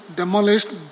demolished